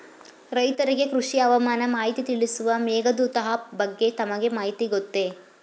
ರೈತರಿಗೆ ಕೃಷಿ ಹವಾಮಾನ ಮಾಹಿತಿ ತಿಳಿಸುವ ಮೇಘದೂತ ಆಪ್ ಬಗ್ಗೆ ತಮಗೆ ಮಾಹಿತಿ ಗೊತ್ತೇ?